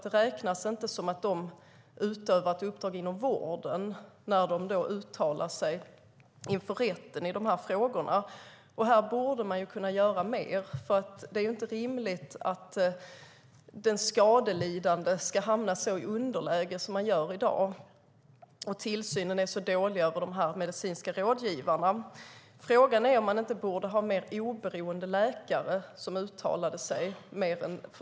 Det räknas inte som att de utövar ett uppdrag inom vården när de uttalar sig inför rätten i frågorna. Här borde man kunna göra mer. Det är inte rimligt att den skadelidande ska hamna i ett sådant underläge som han eller hon gör i dag och att tillsynen över de medicinska rådgivarna är så dålig. Frågan är om man inte borde ha mer oberoende läkare som uttalar sig.